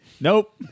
Nope